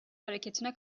hareketine